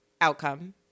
outcome